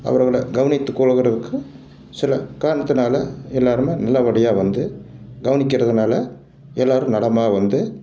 அவர்களை கவனித்து கொள்பவர்களுக்கு சில காரணத்தினால எல்லாருமே நல்ல படியாக வந்து கவனிக்கிறதுனால எல்லாரும் நலமாக வந்து